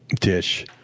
dish.